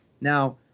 Now